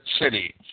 city